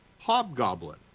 Hobgoblin